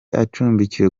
acumbikiwe